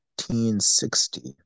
1960